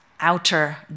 outer